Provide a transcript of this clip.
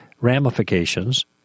ramifications